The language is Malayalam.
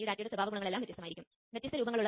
IEEE 802